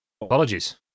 Apologies